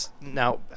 now